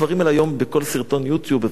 אפשר להיכנס לאתר ולראות את הדברים.